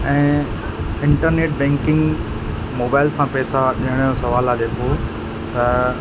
ऐं internet banking mobile सां पेसा अचण जो सुवालु आहे जेको त